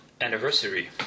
anniversary